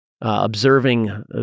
observing